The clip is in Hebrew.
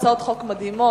הצעות חוק מדהימות.